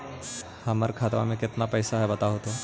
हमर खाता में केतना पैसा है बतहू तो?